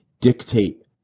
dictate